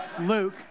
Luke